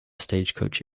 stagecoach